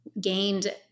gained